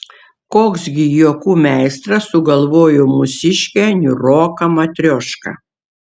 koks gi juokų meistras sugalvojo mūsiškę niūroką matriošką